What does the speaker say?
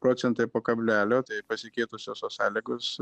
procentai po kablelio tai pasikeitusios tos sąlygos